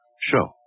show